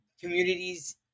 communities